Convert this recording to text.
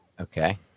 okay